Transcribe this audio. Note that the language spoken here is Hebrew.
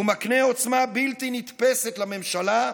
הוא מקנה עוצמה בלתי נתפסת לממשלה,